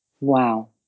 Wow